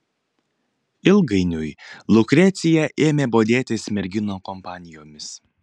ilgainiui lukrecija ėmė bodėtis merginų kompanijomis